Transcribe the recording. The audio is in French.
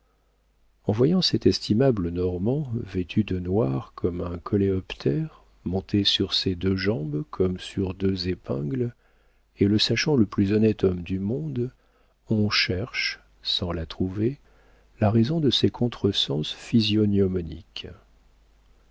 en voyant cet estimable normand vêtu de noir comme un coléoptère monté sur ses deux jambes comme sur deux épingles et le sachant le plus honnête homme du monde on cherche sans la trouver la raison de ces contre-sens physiognomiques